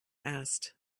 asked